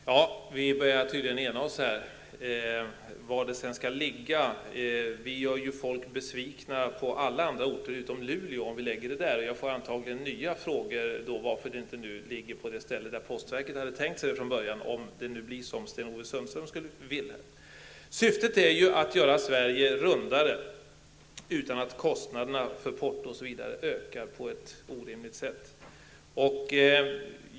Herr talman! Vi börjar tydligen bli eniga. Vi gör befolkningen på alla andra orter utom Luleå besvikna, om vi lägger regionkontoret där. Om det skulle bli så som Sten-Ove Sundström vill, fick jag antagligen nya frågor om varför regionkontoren inte läggs på den plats som postverket från början hade avsett. Avsikten är att göra Sverige rundare utan att kostnaderna för postverket ökar på ett orimligt sätt.